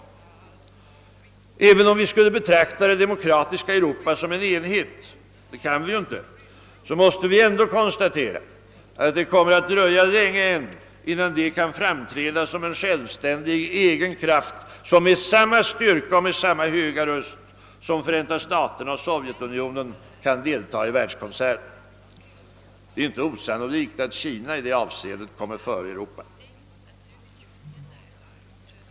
även om vi skulle betrakta det demokratiska Europa som en enhet, vilket vi inte kan, så måste vi ändå konstatera att det kommer att dröja länge än, innan det kan framträda som en självständig egen kraft som med samma styrka och med samma höga röst som Förenta staterna och Sovjetunionen kan delta i världskonserten. Det är inte osannolikt att Kina i det avseendet kommer före Europa.